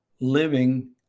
living